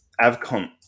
Avcon